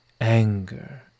anger